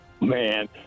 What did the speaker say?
Man